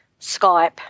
Skype